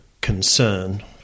concern